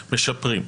ומשפרים.